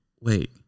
Wait